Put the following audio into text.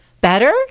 Better